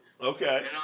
okay